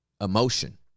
emotion